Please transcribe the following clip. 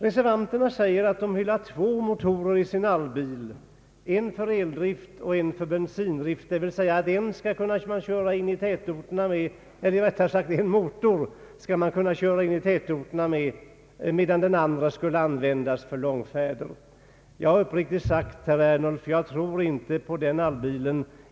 Reservanterna säger att de vill ha två motorer i sin allbil, en för eldrift och en för bensindrift, d.v.s. den ena motorn skall kunna användas när man kör inne i tätorterna, medan den andra skulle användas för långfärder. Uppriktigt sagt, herr Ernulf, tror jag inte på den allbilen.